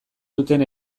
duten